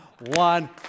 One